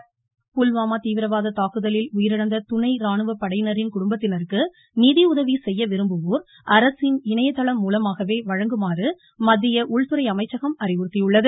தாக்குதலில் புல்வாமா தீவிரவாத உயிரிழந்த குணை ராணுவப்படையினரின் குடும்பத்தினருக்கு நிதியுதவி செய்ய விரும்புவோர் அரசின் இணையதளம் மூலமாகவே வழங்குமாறு மத்திய உள்துறை அமைச்சகம் அறிவுறுத்தியுள்ளது